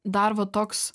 dar va toks